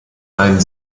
ein